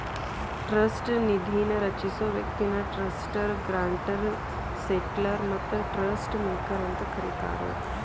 trust ನಿಧಿನ ರಚಿಸೊ ವ್ಯಕ್ತಿನ ಟ್ರಸ್ಟರ್ ಗ್ರಾಂಟರ್ ಸೆಟ್ಲರ್ ಮತ್ತ ಟ್ರಸ್ಟ್ ಮೇಕರ್ ಅಂತ ಕರಿತಾರ